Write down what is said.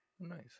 Nice